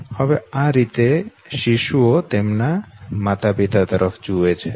હવે આ રીતે શિશુઓ તેમના માતાપિતા તરફ જુએ છે